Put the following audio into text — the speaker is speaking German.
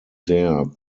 sehr